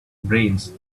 brains